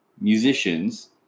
musicians